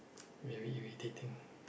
very irritating